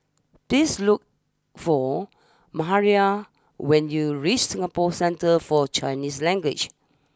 please look for Mahalia when you reach Singapore Centre for Chinese Language